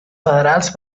federals